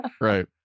right